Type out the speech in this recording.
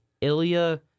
Ilya